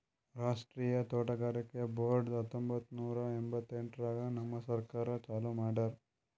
ರಾಷ್ಟ್ರೀಯ ತೋಟಗಾರಿಕೆ ಬೋರ್ಡ್ ಹತ್ತೊಂಬತ್ತು ನೂರಾ ಎಂಭತ್ತೆಂಟರಾಗ್ ನಮ್ ಸರ್ಕಾರ ಚಾಲೂ ಮಾಡ್ಯಾರ್